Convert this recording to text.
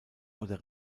oder